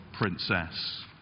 princess